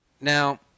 Now